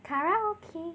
karaoke